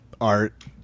Art